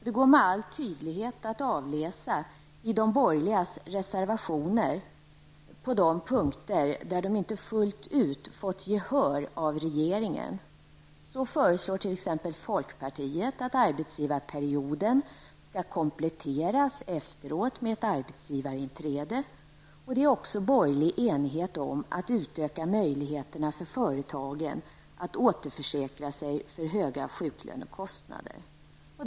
Detta går med all tydlighet att avläsa i de borgerligas reservationer på de punkter där de inte fullt ut fått gehör av regeringen. Folkpartiet föreslår t.ex. att arbetsgivarperioden skall kompletteras med ett arbetsgivarinträde, och det är också borgerlig enighet om att utöka möjligheterna för företagen att återförsäkra sig för höga sjuklönekostnader.